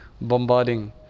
bombarding